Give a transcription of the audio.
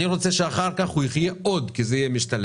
אני רוצה שאחר כך הוא יחיה עוד כי זה יהיה משתלם,